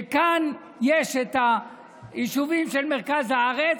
כאן יש את היישובים של מרכז הארץ,